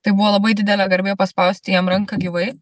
tai buvo labai didelė garbė paspausti jam ranką gyvai